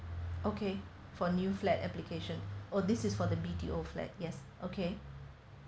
okay for new flat application oh this is for the B_T_O flat yes okay